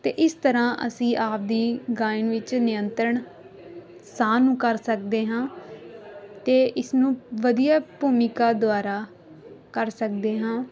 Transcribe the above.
ਅਤੇ ਇਸ ਤਰ੍ਹਾਂ ਅਸੀਂ ਆਪਦੀ ਗਾਇਨ ਵਿੱਚ ਨਿਯੰਤਰਣ ਸਾਹ ਨੂੰ ਕਰ ਸਕਦੇ ਹਾਂ ਅਤੇ ਇਸ ਨੂੰ ਵਧੀਆ ਭੂਮਿਕਾ ਦੁਆਰਾ ਕਰ ਸਕਦੇ ਹਾਂ